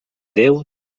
déu